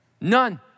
None